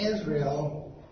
Israel